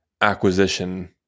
acquisition